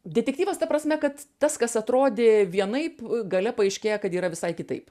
detektyvas ta prasme kad tas kas atrodė vienaip gale paaiškėja kad yra visai kitaip